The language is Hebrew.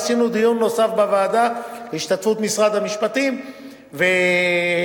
עשינו דיון נוסף בוועדה בהשתתפות משרד המשפטים ועורכי-דין